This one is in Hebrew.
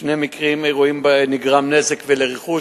שני אירועים שבהם נגרם נזק לרכוש,